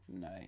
nice